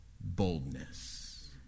boldness